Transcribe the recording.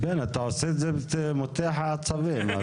אתה עושה את זה מותח עצבים.